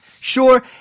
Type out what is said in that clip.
Sure